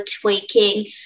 tweaking